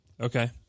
Okay